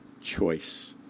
choice